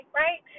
right